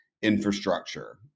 infrastructure